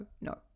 no